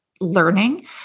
learning